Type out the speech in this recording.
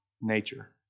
nature